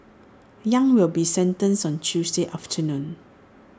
yang will be sentenced on Tuesday afternoon